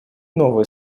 новые